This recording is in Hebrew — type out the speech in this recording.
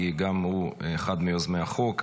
גם הוא אחד מיוזמי החוק.